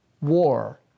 war